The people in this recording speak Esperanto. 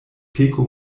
peko